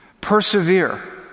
Persevere